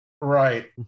Right